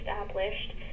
established